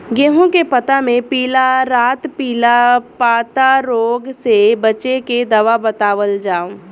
गेहूँ के पता मे पिला रातपिला पतारोग से बचें के दवा बतावल जाव?